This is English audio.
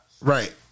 Right